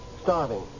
starving